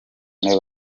batawe